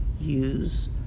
use